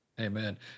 Amen